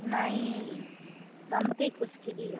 नहीं कमती कुछ कीजिए